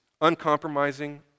uncompromising